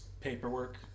Paperwork